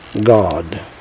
God